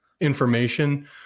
information